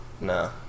Nah